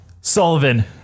Sullivan